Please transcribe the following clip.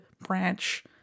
branch